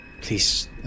Please